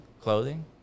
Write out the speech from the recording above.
clothing